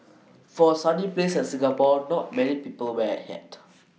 for A sunny place like Singapore not many people wear A hat